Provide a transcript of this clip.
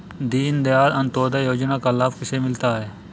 दीनदयाल अंत्योदय योजना का लाभ किसे मिलता है?